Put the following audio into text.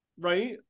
right